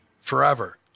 Forever